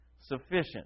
Sufficient